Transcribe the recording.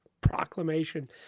proclamation